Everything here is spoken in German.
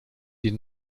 die